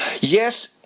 Yes